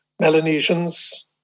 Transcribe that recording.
Melanesians